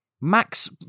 max